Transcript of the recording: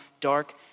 dark